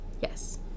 Yes